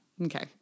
Okay